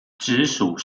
直属